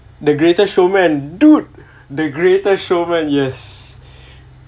the greatest showman dude the greatest showman yes